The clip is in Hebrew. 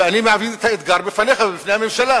ואני מעמיד את האתגר בפניך ובפני הממשלה: